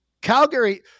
Calgary